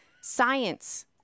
Science